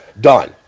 Done